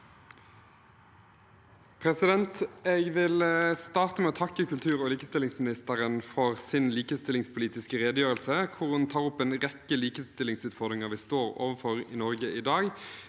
leder): Jeg vil starte med å takke kultur- og likestillingsministeren for hennes likestillingspolitiske redegjørelse, hvor hun tar opp en rekke likestillingsutfordringer vi står overfor i Norge i dag.